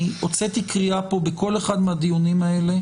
אני הוצאתי קריאה פה בכל אחד מהדיונים האלה